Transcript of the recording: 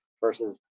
versus